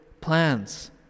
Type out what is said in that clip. plans